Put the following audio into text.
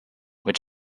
which